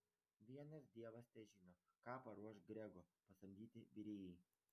vienas dievas težino ką paruoš grego pasamdyti virėjai